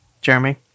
Jeremy